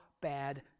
bad